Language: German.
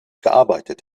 gearbeitet